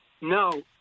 no